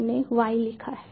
हमने y लिखा है